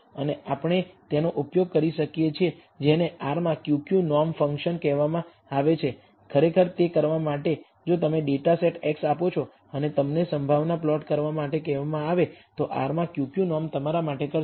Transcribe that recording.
અને આપણે તેનો ઉપયોગ કરી શકીએ છીએ જેને R માં Q Q નોર્મ ફંક્શન કહેવામાં આવે છે ખરેખર તે કરવા માટે જો તમે ડેટા સેટ x આપો છો અને તમને સંભાવના પ્લોટ કરવા માટે કહેવામાં આવે તો R માં Q Q નોર્મ તમારા માટે કરશે